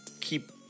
keep